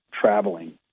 traveling